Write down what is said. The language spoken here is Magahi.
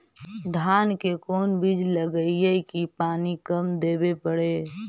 धान के कोन बिज लगईऐ कि पानी कम देवे पड़े?